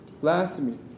blasphemy